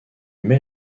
met